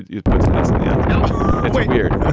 it puts an s on the end. it's weird.